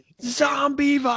zombie